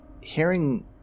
hearing